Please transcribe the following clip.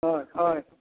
हय हय